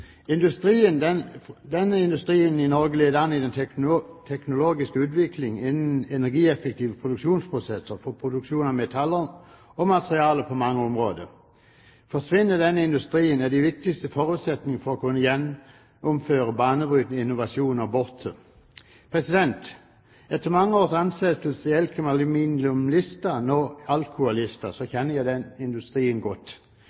industrien an i den teknologiske utviklingen innen energieffektive produksjonsprosesser for produksjon av metaller og materialer på mange områder. Forsvinner denne industrien, er de viktigste forutsetningene for å kunne gjennomføre banebrytende innovasjoner borte. Etter mange års ansettelse i Elkem Aluminium Lista, nå Alcoa Lista, kjenner jeg denne industrien godt.